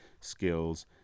skills